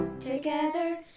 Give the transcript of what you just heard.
together